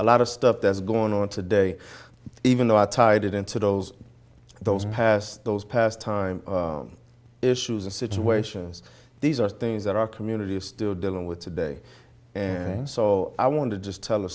a lot of stuff that's going on today even though i tied it into those those past those past time issues and situations these are things that our community is still dealing with today and so i want to just tell a